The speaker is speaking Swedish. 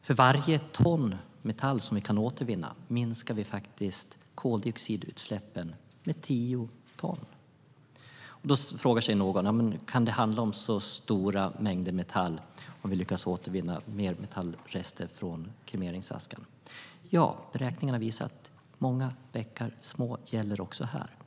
För varje ton metall vi kan återvinna minskar vi koldioxidutsläppen med tio ton. Då frågar sig någon: Kan det handla om så stora mängder metall som vi lyckas återvinna med metallrester från kremeringsaska? Ja, beräkningarna visar att många bäckar små gäller också här.